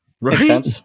Right